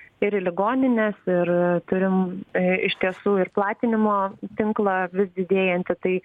ir į ligonines ir turim iš tiesų ir platinimo tinklą vis didėjantį tai